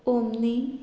omni